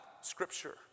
Scripture